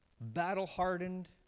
Battle-hardened